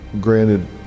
granted